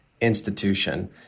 institution